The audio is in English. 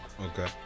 Okay